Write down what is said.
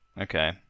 Okay